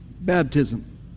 Baptism